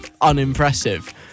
unimpressive